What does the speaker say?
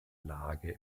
lage